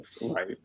Right